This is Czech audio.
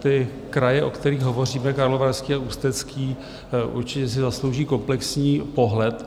Ty kraje, o kterých hovoříme, Karlovarský a Ústecký, určitě si zaslouží komplexní pohled.